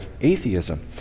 atheism